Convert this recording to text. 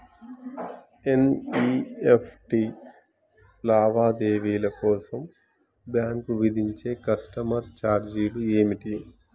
NEFT లావాదేవీల కోసం bank విధించే కస్టమర్ ఛార్జీలు ఏమిటి?